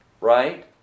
right